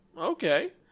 Okay